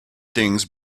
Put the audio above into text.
things